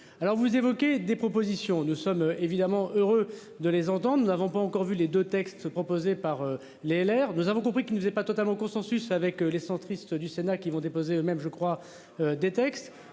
Alors vous évoquez des propositions, nous sommes évidemment heureux de les entendre. Nous n'avons pas encore vu les 2 textes proposés par les l'air nous avons compris qu'il ne faisait pas totalement consensus avec les centristes du Sénat qui vont déposer le même je crois des textes,